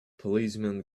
policeman